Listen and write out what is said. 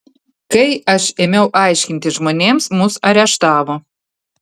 kai aš ėmiau aiškinti žmonėms mus areštavo